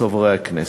לחברי הכנסת.